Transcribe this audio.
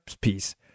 piece